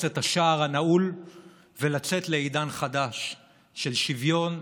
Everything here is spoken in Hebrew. את השער הנעול ולצאת לעידן חדש של שוויון,